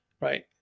Right